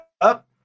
up